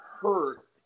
hurt